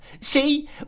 see